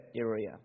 area